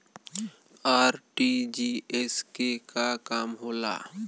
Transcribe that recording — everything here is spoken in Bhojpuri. आर.टी.जी.एस के का काम होला?